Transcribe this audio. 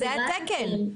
זה התקן.